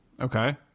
Okay